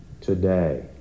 today